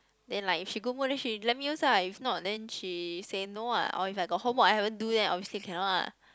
then like if she good mood then she let me use lah if not then she said no ah or if I got homework I haven't do then obviously cannot lah